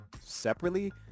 separately